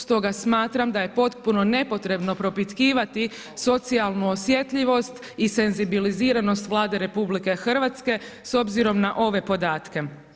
Stoga smatram da je potpuno nepotrebno propitkivati socijalnu osjetljivost i senzibiliziranost Vlade RH s obzirom na ove podatke.